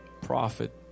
Prophet